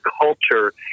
culture